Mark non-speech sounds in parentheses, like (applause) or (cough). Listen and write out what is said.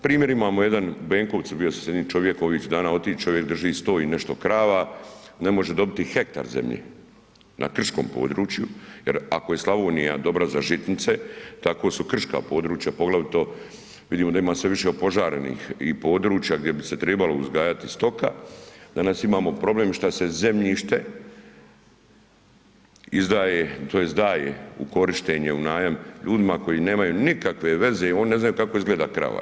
Primjer imamo jedan u Benkovcu, bio sam s jednim čovjekom ovih dana, ... (unintelligible) čovjek drži 100 i nešto krava, ne može dobiti hektar zemlje na krškom području jer ako je Slavonija dobra za žitnice, tako su krška područja poglavito vidimo da ima sve više opožarenih i područja gdje bi se trebala uzgajati stoka, danas imamo problem šta se zemljište izdaje tj. daje u korištenje, u najam ljudima koji nemaju nikakve veze, oni ne znaju ni kako izgleda krava.